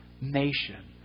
nation